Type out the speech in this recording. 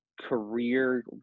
career